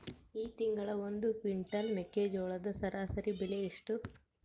ಈ ತಿಂಗಳ ಒಂದು ಕ್ವಿಂಟಾಲ್ ಮೆಕ್ಕೆಜೋಳದ ಸರಾಸರಿ ಬೆಲೆ ಎಷ್ಟು?